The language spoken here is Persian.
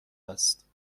است